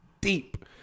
deep